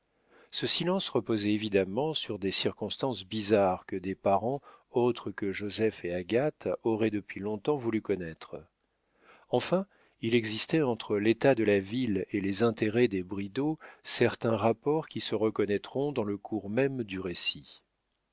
ce silence reposait évidemment sur des circonstances bizarres que des parents autres que joseph et agathe auraient depuis long-temps voulu connaître enfin il existait entre l'état de la ville et les intérêts des bridau certains rapports qui se reconnaîtront dans le cours même du récit